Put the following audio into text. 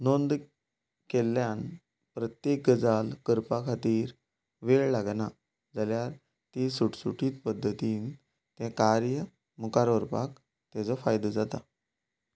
नोंद केल्ल्यान प्रत्येक गजाल करपा खातीर वेळ लागना जाल्यार ती सुटसुटीत पध्दतीन तें कार्य मुखार वरपाक तेजो फायदो जाता